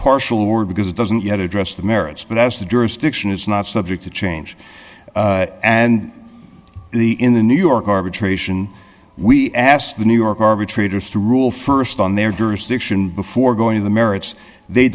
partial or because it doesn't yet address the merits but that's the jurisdiction is not subject to change and the in the new york arbitration we asked the new york arbitrators to rule st on their jurisdiction before going to the merits they